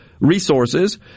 Resources